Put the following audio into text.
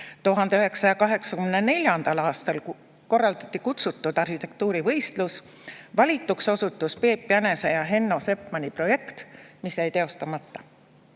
1984. aastal korraldati kutsutud arhitektuurivõistlus. Valituks osutus Peep Jänese ja Henno Sepmanni projekt, mis jäi teostamata.